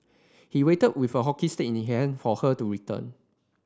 he waited with a hockey stick in he hand for her to return